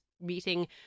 Meeting